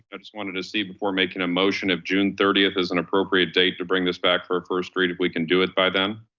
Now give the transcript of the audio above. ah just wanted to see before making a motion of june thirtieth is an appropriate date to bring this back for a first read. if we can do it by then.